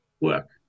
work